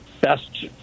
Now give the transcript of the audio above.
best